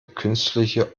künstliche